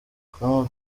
com